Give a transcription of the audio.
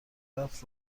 رفت